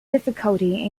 difficulty